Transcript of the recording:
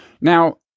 Now